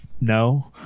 no